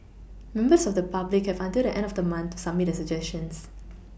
members of the public have until the end of the month to submit their suggestions